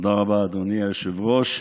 תודה רבה, אדוני היושב-ראש.